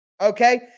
Okay